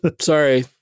Sorry